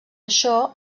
això